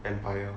entire